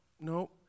no